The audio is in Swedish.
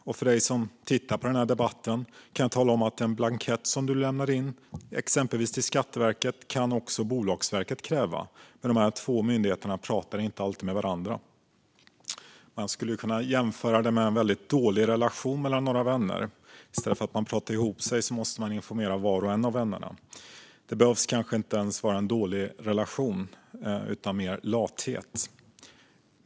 Och för dig som tittar på denna debatt kan jag tala om att en blankett som du lämnar in till exempelvis Skatteverket kan också Bolagsverket kräva - men dessa två myndigheter pratar inte alltid med varandra. Man skulle kunna jämföra det med en väldigt dålig relation mellan några vänner. I stället för att man pratar ihop sig måste man informera var och en av vännerna. Det behöver kanske inte ens vara en dålig relation utan mer lathet.